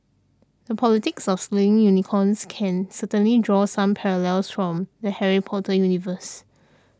the politics of slaying unicorns can certainly draw some parallels from the Harry Potter universe